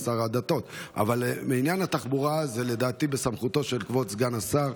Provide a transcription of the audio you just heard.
אבל לדעתי עניין התחבורה הוא בסמכותו של כבוד סגן השר,